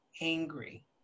angry